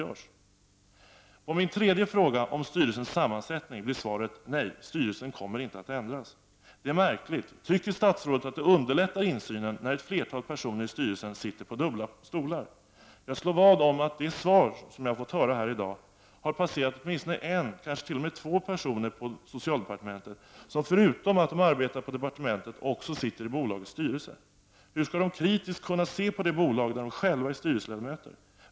På min tredje fråga om styrelsens sammansättning blir svaret: Nej, styrelsen kommer inte att ändras. Det är märkligt. Tycker statsrådet att det underlättar insynen när ett flertal personer i styrelsen sitter på dubbla stolar? Jag slår vad om att det svar jag har fått här i dag har passerat åtminstone en, kanske t.o.m. två personer på socialdepartementet, som förutom att de arbetar på departementet också sitter i bolagets styrelse! Hur skall de kritiskt kunna se på det bolag där de själva är styrelseledamöter?